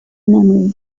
memory